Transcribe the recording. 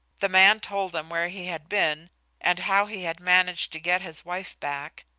the man told them where he had been and how he had managed to get his wife back,